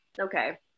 Okay